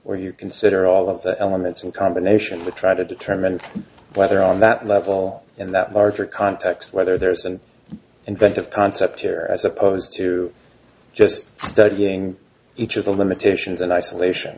or you consider all of the elements in combination with try to determine whether on that level and that larger context whether there's an inventive concept here as opposed to just studying each of the limitations and isolation